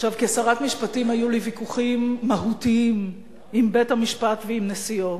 כשרת משפטים היו לי ויכוחים מהותיים עם בית-המשפט ועם נשיאו.